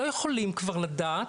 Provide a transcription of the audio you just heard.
לא יכולים כבר לדעת,